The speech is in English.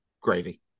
gravy